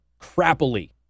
crappily